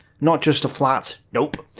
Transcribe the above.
not just a flat nope.